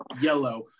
yellow